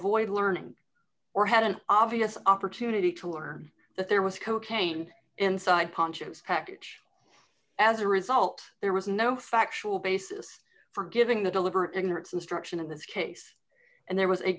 avoid learning or had an obvious opportunity to learn that there was cocaine inside ponchos package as a result there was no factual basis for giving the deliberate ignorance instruction in this case and there was a